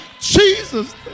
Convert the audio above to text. Jesus